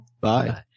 Bye